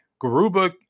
Garuba